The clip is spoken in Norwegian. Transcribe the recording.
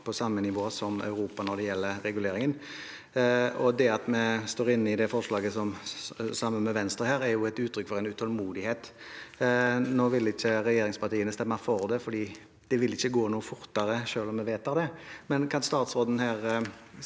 på samme nivå som Europa når det gjelder reguleringen. Det at vi står inne i dette forslaget sammen med Venstre, er et uttrykk for en utålmodighet. Nå vil ikke regjeringspartiene stemme for forslaget, fordi det ikke vil gå noe fortere selv om vi vedtar det, men kan statsråden